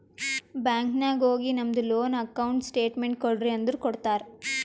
bank ನಾಗ್ ಹೋಗಿ ನಮ್ದು ಲೋನ್ ಅಕೌಂಟ್ ಸ್ಟೇಟ್ಮೆಂಟ್ ಕೋಡ್ರಿ ಅಂದುರ್ ಕೊಡ್ತಾರ್